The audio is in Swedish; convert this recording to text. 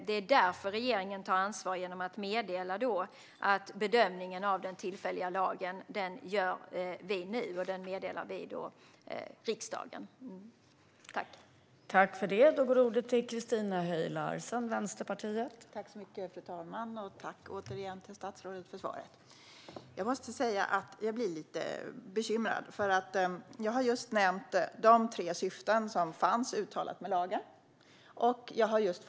Det är därför regeringen tar ansvar genom att göra bedömningen av den tillfälliga lagen nu och meddela riksdagen denna.